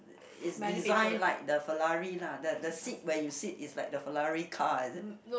is design like the Ferrari lah the the seat where you sit is like the Ferrari car is it